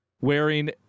wearing